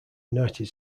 united